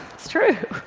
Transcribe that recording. it's true!